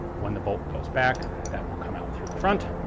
when the bolt goes back that will come out through the front.